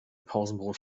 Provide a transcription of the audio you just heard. pausenbrot